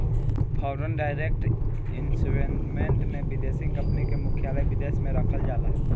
foreign direct investment में विदेशी company के मुख्यालय विदेश में रखल जाला